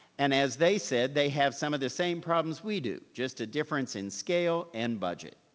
and as they said, they have some of the same problems we do, just a difference in scale and budget.